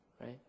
Right